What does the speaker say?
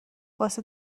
واسه